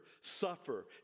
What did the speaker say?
Suffer